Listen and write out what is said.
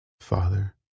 Father